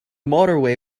motorway